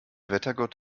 wettergott